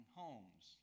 homes